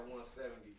170